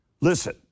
Listen